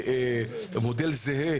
מודל זהה,